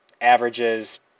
averages